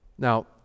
now